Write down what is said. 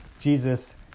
Jesus